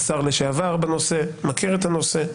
השר לשעבר הוא מכיר את הנושא,